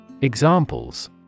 Examples